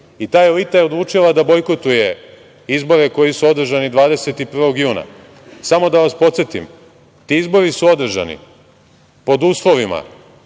i ta elita je odlučila da bojkotuje izbore koji su održani 21. juna. Samo da vas podsetim, ti izbori su održani pod uslovima